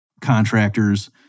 contractors